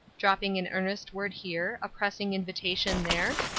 dropping an earnest word here, a pressing invitation there?